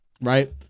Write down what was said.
Right